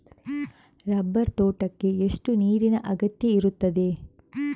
Rubber ತೋಟಕ್ಕೆ ಎಷ್ಟು ನೀರಿನ ಅಗತ್ಯ ಇರುತ್ತದೆ?